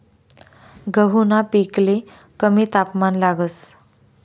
गहूना पिकले कमी तापमान लागस